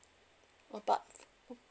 uh but